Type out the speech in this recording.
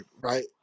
right